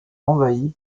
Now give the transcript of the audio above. envahie